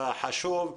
בחשוב,